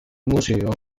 museo